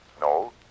No